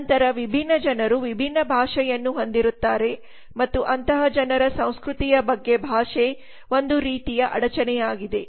ನಂತರ ವಿಭಿನ್ನ ಜನರು ವಿಭಿನ್ನ ಭಾಷೆಯನ್ನು ಹೊಂದಿರುತ್ತಾರೆ ಮತ್ತು ಅಂತಹ ಜನರ ಸಂಸ್ಕೃತಿಯ ಬಗ್ಗೆ ಭಾಷೆ ಒಂದು ರೀತಿಯ ಅಡಚಣೆಯಾಗಿದೆ